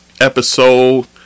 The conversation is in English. episode